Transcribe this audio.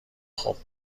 خوب